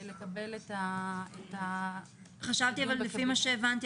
ולקבל --- אבל לפי מה שהבנתי,